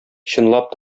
чынлап